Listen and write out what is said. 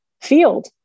field